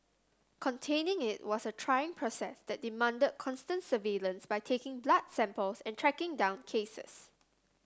containing it was a trying process that demanded constant surveillance by taking blood samples and tracking down cases